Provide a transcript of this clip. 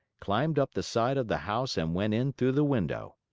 climbed up the side of the house and went in through the window.